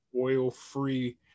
oil-free